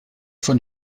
von